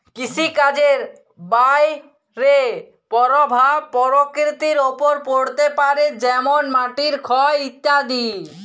কৃষিকাজের বাহয়ে পরভাব পরকৃতির ওপর পড়তে পারে যেমল মাটির ক্ষয় ইত্যাদি